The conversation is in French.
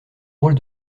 rôle